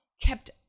kept